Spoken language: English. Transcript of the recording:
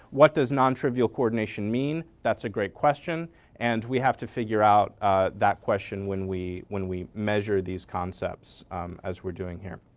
what does nontrivial coordination mean? that's a great question and we have to figure out that question when we, when we measure these concepts as we're doing here.